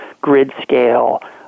grid-scale